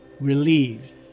relieved